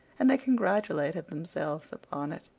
and they congratulated themselves upon it.